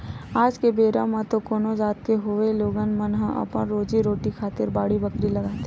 आज के बेरा म तो कोनो जात के होवय लोगन मन ह अपन रोजी रोटी खातिर बाड़ी बखरी लगाथे